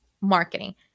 marketing